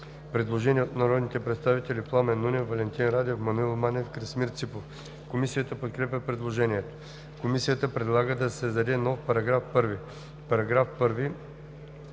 Предложение от народните представители Пламен Нунев, Валентин Радев, Маноил Манев и Красимир Ципов. Комисията подкрепя предложението. Комисията предлага да създаде нов § 1: „§ 1.